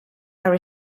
are